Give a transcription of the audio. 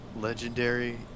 legendary